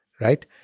right